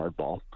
hardball